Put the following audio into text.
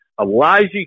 Elijah